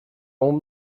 own